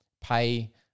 pay